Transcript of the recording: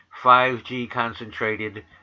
5G-concentrated